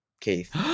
Keith